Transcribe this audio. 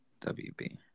WB